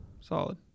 Solid